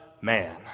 man